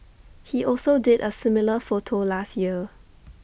he also did A similar photo last year